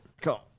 Cool